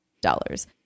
dollars